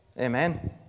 Amen